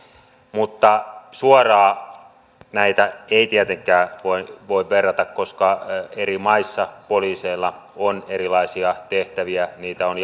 mutta suoraan näitä ei tietenkään voi verrata koska eri maissa poliiseilla on erilaisia tehtäviä niitä on